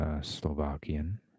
Slovakian